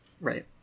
Right